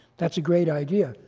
that's a great idea.